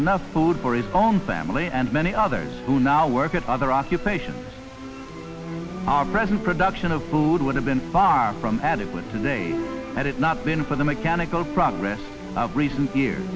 enough food for his own family and many others who now work at other occupations our present production of food would have been far from adequate today that it not been for the mechanical progress of recent years